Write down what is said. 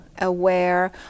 aware